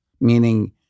meaning